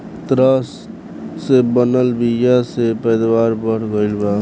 तरह से बनल बीया से पैदावार बढ़ गईल बा